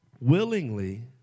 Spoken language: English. Willingly